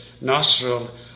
nostril